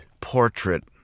portrait